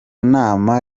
nama